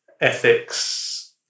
ethics